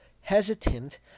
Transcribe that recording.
hesitant